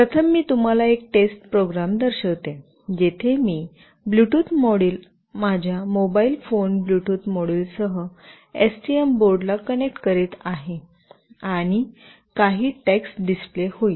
प्रथम मी तुम्हाला एक टेस्ट प्रोग्रॅम दर्शवितो जिथे मी ब्लूटूथ मॉड्यूल माझ्या मोबाईल फोन ब्लूटूथ मॉड्यूलसह एसटीएम बोर्डला कनेक्ट करीत आहे आणि काही टेक्स्ट डिस्प्ले होईल